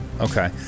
Okay